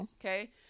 Okay